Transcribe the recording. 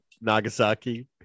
Nagasaki